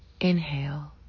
inhale